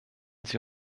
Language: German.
sie